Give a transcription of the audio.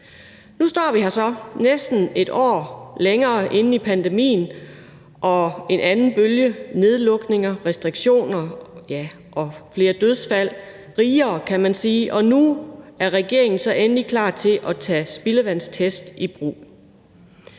Nu står vi her så næsten et år længere inde i pandemien og en anden bølge, nedlukninger, restriktioner og, ja, flere dødsfald rigere, kan man sige, og nu er regeringen så endelig klar til at tage spildevandstest i brug.